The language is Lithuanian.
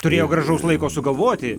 turėjo gražaus laiko sugalvoti